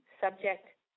subject